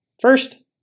First